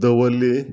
Davorlim